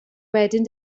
wedyn